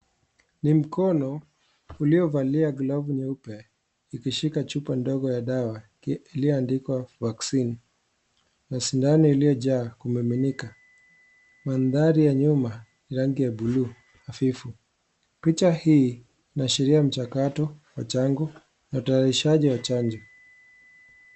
NI mkono uliovalia glovu nyeupe ikishika chupa ndogo ya dawa iliyoandikwa vaccine na sindano iliyojaa kumiminika . Mandhari ya nyuma ni rangi ya bluu hafifu . Picha hii inaashiria mchakato wa chango na utayarishaji wa chanjo.